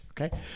okay